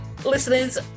Listeners